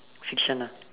fiction ah